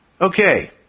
okay